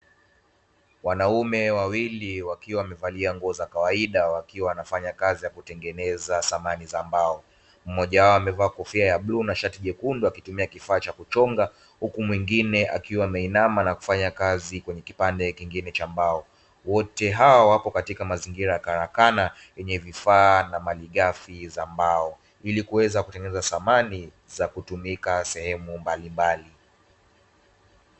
Wanaume wawili wakiwa wamevalia nguo za kawaida wakiwa wanafanya kazi ya kutengeneza samani za mbao, mmoja wao amevaa kofia ya bluu na shati jekundu na kifaa cha kuchonga huku mwengine akiwa ameinama na kufanya kazi kwenye kipande kingine cha mbao, wote hawa wapo katika mazingira ya karakana yenye vifaa na malighafi ya mbao, ili kuweza kutengeneza samani za kutumika sehemu mbalimbali.